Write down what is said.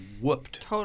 whooped